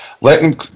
letting